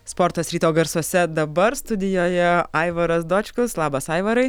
sportas ryto garsuose dabar studijoje aivaras dočkus labas aivarai